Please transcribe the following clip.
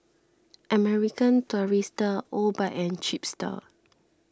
American Tourister Obike and Chipster